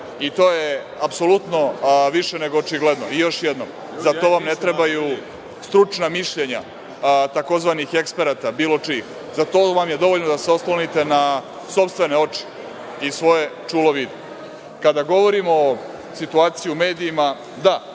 i to je apsolutno više nego očigledno. Još jednom, za to vam ne trebaju stručna mišljenja tzv. eksperata bilo čijih, za to vam je dovoljno da se oslonite na sopstvene oči i svoje čulo vida. Kada govorimo o situaciji u medijima, da,